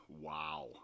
wow